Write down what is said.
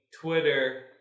Twitter